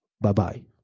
bye-bye